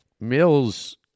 Mills